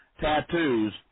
tattoos